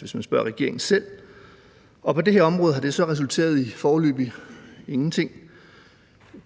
hvis man spørger regeringen selv. Og på det her område har det så resulteret i foreløbig – ingenting.